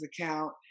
account